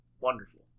Wonderful